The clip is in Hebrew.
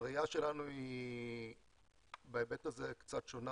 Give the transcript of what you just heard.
הראייה שלנו בהיבט הזה היא אולי קצת שונה